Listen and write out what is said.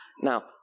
Now